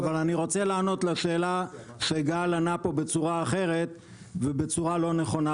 אבל אני רוצה לענות לשאלה שגל ענה פה בצורה אחרת ובצורה לא נכונה,